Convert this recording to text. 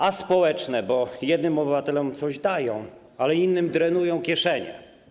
Aspołeczne, bo jednym obywatelom coś dają, ale innym drenują kieszenie.